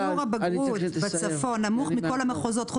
שיעור הבגרות בצפון נמוך מכל המחוזות.